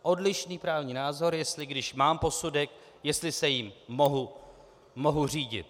Odlišný právní názor jestli když mám posudek, jestli se jím mohu řídit.